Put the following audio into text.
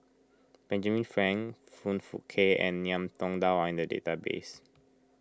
Benjamin Frank Foong Fook Kay and Ngiam Tong Dow are in the database